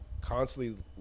constantly